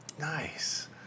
nice